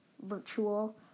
virtual